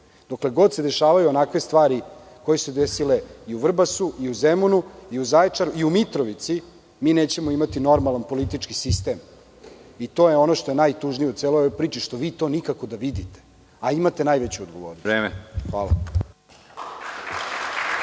Dokle god se dešavaju onakve stvari koje su se desile i u Vrbasu, i Zemunu, i u Zaječaru, i u Mitrovici, mi nećemo imati normalan politički sistem. To je ono što je najtužnije u celoj ovoj priči što vi to nikako da vidite, a imate najveću odgovornost.